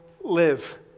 live